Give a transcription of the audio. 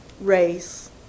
race